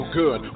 good